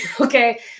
Okay